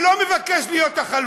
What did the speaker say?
אני לא מבקש להיות החלוץ,